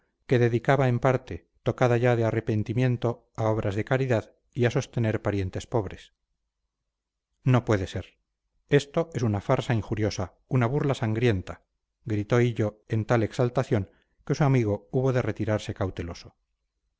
que dedicaba en parte tocada ya de arrepentimiento a obras de caridad y a sostener parientes pobres no puede ser esto es una farsa injuriosa una burla sangrienta gritó hillo en tal exaltación que su amigo hubo de retirarse cauteloso